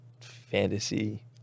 fantasy